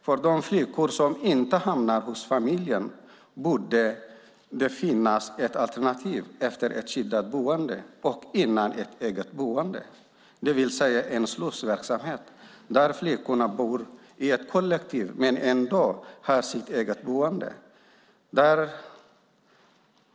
För det tredje borde det finnas ett alternativ efter skyddat boende och innan eget boende för de flickor som inte hamnar hos familjen, det vill säga en slussverksamhet där flickorna bor i ett kollektiv men ändå har sitt eget boende.